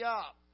up